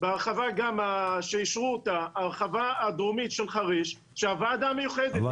ההרחבה הדרומית של חריש שאישרו -- אבל